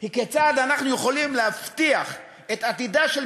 היא כיצד אנחנו יכולים להבטיח את עתידה של